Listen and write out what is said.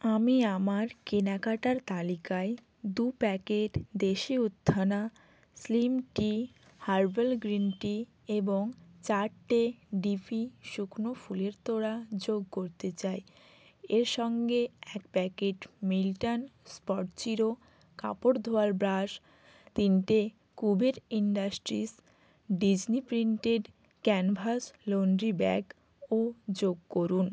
আমি আমার কেনাকাটার তালিকায় দু packet Desi Utthana slim tea herbal green tea এবং চারটে ডিপি শুকনো ফুলের তোড়া যোগ করতে চাই এর সঙ্গে এক প্যাকেট মিল্টন স্পটজিরো কাপড় ধোয়ার ব্রাশ তিনটে Kuber industries Disney printed canvas laundry bag ও যোগ করুন